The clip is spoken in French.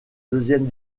deuxième